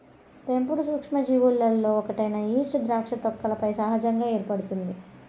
పెంపుడు సూక్ష్మజీవులలో ఒకటైన ఈస్ట్ ద్రాక్ష తొక్కలపై సహజంగా ఏర్పడుతుంది